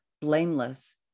blameless